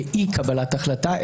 לאי-קבלת החלטה,